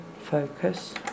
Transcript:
focus